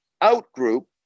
out-group